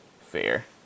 Fair